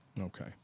Okay